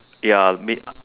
ya I mean